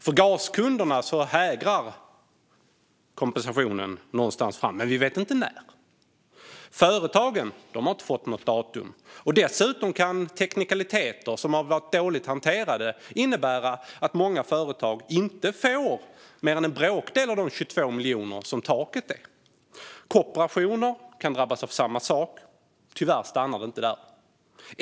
För gaskunderna hägrar kompensationen någonstans framöver, men vi vet inte när. Företagen har inte fått något datum. Dessutom kan teknikaliteter som har varit dåligt hanterade innebära att många företag inte får mer än en bråkdel av de 22 miljoner som taket är. Kooperationer kan drabbas av samma sak. Tyvärr stannar det inte där.